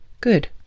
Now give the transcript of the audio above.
Good